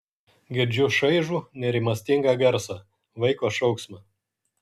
girdžiu šaižų nerimastingą garsą vaiko šauksmą